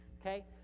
okay